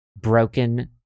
broken